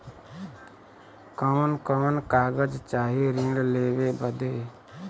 कवन कवन कागज चाही ऋण लेवे बदे?